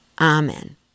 Amen